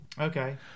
Okay